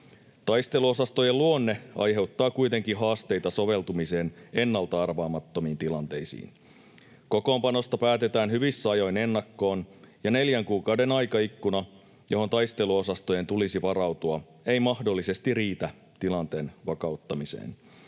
Taisteluosastojen luonne aiheuttaa kuitenkin haasteita soveltumiseen ennalta arvaamattomiin tilanteisiin. Kokoonpanosta päätetään hyvissä ajoin ennakkoon, ja neljän kuukauden aikaikkuna, johon taisteluosastojen tulisi varautua, ei mahdollisesti riitä tilanteen vakauttamiseen.